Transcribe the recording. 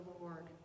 Lord